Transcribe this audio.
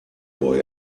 boy